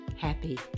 Happy